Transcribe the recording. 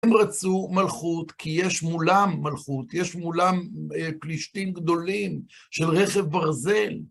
הם רצו מלכות כי יש מולם מלכות, יש מולם פלישתים גדולים של רכב ברזל.